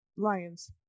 Lions